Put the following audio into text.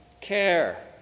Care